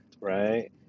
right